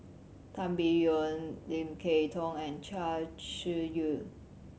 Tan Biyun Lim Kay Tong and Chia Shi Lu